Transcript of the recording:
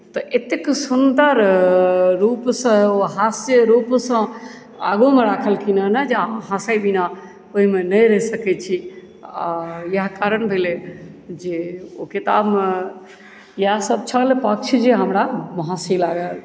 तऽ एतेक सुन्दर रूपसँ ओ हास्य रूपसँ आगूमे रखलखिन हेँ ने जे हँसै बिना ओहिमे नहि रहि सकैत छी आओर इएह कारण भेलै जे ओ किताबमे इएहसभ छल पक्ष जे हमरा हँसी लागल